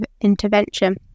intervention